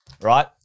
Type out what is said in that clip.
right